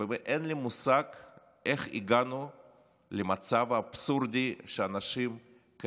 באמת אין לי מושג איך הגענו למצב האבסורדי שבו אנשים כאלה